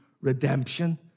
redemption